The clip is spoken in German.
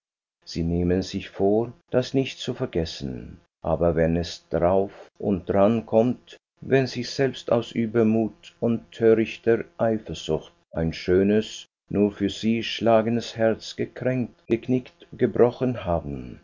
sie nehmen sich vor das nicht zu vergessen aber wenn es drauf und dran kommt wenn sie selbst aus übermut oder törichter eifersucht ein schönes nur für sie schlagendes herz gekränkt geknickt gebrochen haben